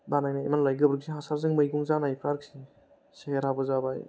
बानायनाय मा होनोलाय गोबोरखि हासारजों मैगं जानायफ्रा सेहेराबो जाबाय